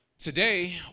Today